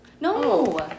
No